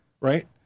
Right